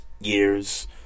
years